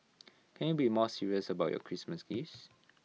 can you be more serious about your Christmas gifts